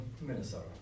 Minnesota